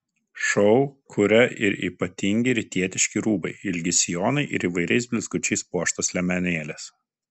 šou kuria ir ypatingi rytietiški rūbai ilgi sijonai ir įvairiais blizgučiais puoštos liemenėlės